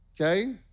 okay